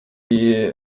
die